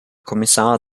kommissar